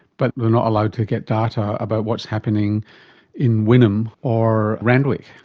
but they are not allowed to get data about what's happening in wynnum or randwick.